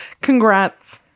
Congrats